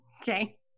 Okay